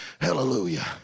Hallelujah